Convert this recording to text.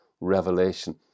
revelation